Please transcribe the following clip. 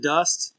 Dust